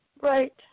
Right